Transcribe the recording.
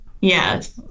Yes